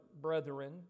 brethren